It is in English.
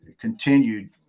continued